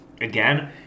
again